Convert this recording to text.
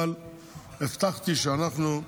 אבל הבטחתי שאנחנו,